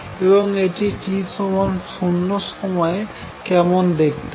এবং এটি t 0 সময়ে কেমন দেখতে হবে